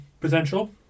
potential